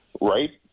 right